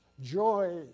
joy